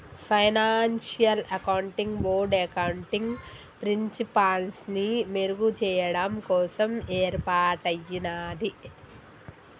financial accounting board accounting ప్రిన్సిపల్స్ని మెరుగుచెయ్యడం కోసం యేర్పాటయ్యినాది